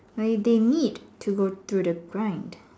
I mean they need to go through the grind